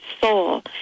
soul